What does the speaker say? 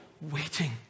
waiting